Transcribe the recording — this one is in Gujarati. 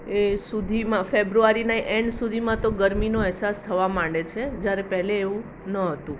એ સુધીમાં ફેબ્રુઆરીના એન્ડ સુધીમાં તો ગરમીનો એહસાસ થવા માંડે છે જ્યારે પહેલે એવું ન હતું